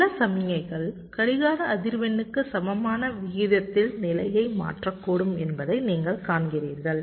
சில சமிக்ஞைகள் கடிகார அதிர்வெண்ணுக்கு சமமான விகிதத்தில் நிலையை மாற்றக்கூடும் என்பதை நீங்கள் காண்கிறீர்கள்